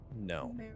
No